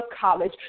college